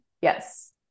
yes